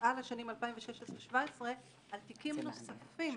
על השנים 2017-2016 על תיקים נוספים